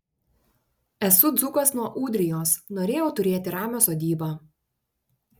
esu dzūkas nuo ūdrijos norėjau turėti ramią sodybą